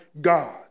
God